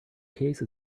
case